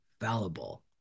fallible